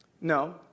No